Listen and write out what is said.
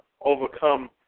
overcome